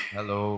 Hello